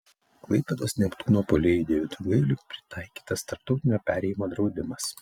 klaipėdos neptūno puolėjui deividui gailiui pritaikytas tarptautinio perėjimo draudimas